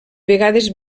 vegades